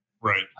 right